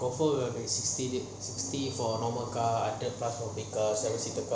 oh so like see sixty sixty for normal car hunderd for bid car seven seater